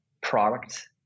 product